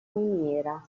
miniera